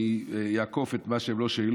אני אעקוף את מה שהוא לא שאלות.